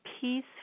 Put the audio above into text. peace